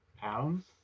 pounds